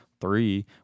three